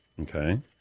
Okay